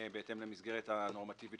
בהתאם למסגרת הנורמטיבית